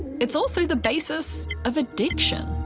it's also the basis of addiction.